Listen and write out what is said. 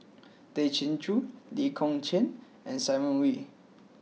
Tay Chin Joo Lee Kong Chian and Simon Wee